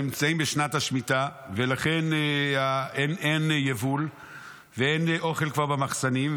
הם נמצאים בשנת השמיטה ולכן אין יבול ואין אוכל כבר במחסנים,